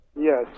Yes